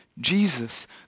Jesus